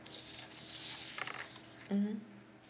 mmhmm